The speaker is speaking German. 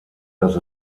dass